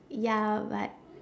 ya but